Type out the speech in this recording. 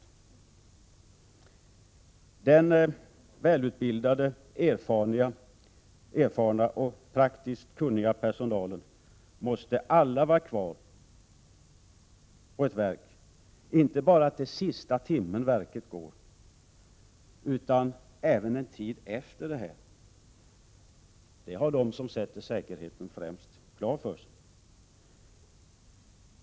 Hela den välutbildade, erfarna och praktiskt kunniga personalen måste vara kvar på ett verk, inte bara till sista timmen som verket går, utan även en tid efter det att verket stängts. Det har de som sätter säkerheten främst klart för sig.